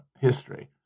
history